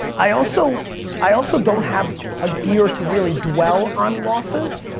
i also i also don't have a year to really dwell on losses,